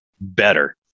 better